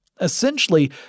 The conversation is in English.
Essentially